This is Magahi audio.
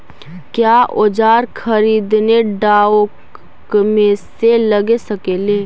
क्या ओजार खरीदने ड़ाओकमेसे लगे सकेली?